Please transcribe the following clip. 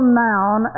noun